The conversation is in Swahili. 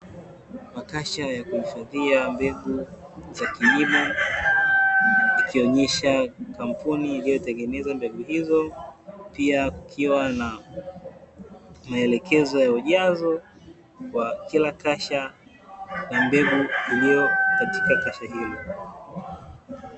Makasha ya kufungia mbegu za kilimo, yakionesha kampuni iliyotengeneza mbegu hizo, pia kukiwa na maelekezo ya ujazo wa kila kasha la mbegu iliyo kataka kasha hilo.